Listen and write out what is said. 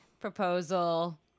proposal